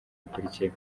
bukurikira